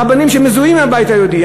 רבנים שמזוהים עם הבית היהודי.